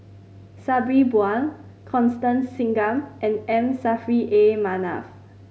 Sabri Buang Constance Singam and M Saffri A Manaf